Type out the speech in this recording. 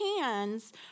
hands